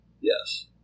yes